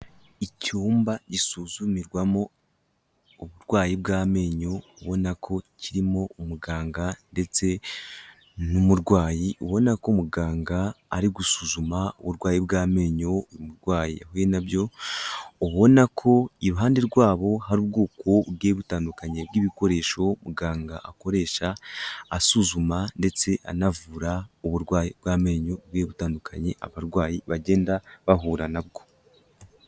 Icyumba gisuzumirwamo uburwayi bw'amenyo, ubona ko kirimo umuganga ndetse n'umurwayi, ubona ko muganga ari gusuzuma uburwayi bw'amenyo umurwayi yahuye nabwo, ubona ko iruhande rwabo hari ubwoko bugiye butandukanye bw'ibikoresho muganga akoresha asuzuma ndetse anavura uburwayi bw'amenyo bugiye butandukanye abarwayi bagenda bahura nabwo.